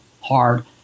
hard